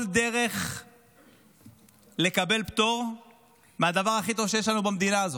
כל דרך לקבל פטור מהדבר הכי טוב שיש לנו במדינה הזאת,